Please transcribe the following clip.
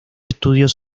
estudios